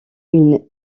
une